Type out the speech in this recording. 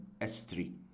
s3